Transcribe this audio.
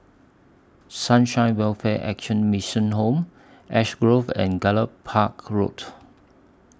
Sunshine Welfare Action Mission Home Ash Grove and Gallop Park Road